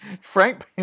frank